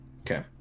Okay